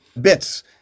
bits